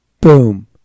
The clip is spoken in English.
Boom